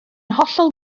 hollol